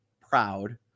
proud